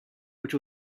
which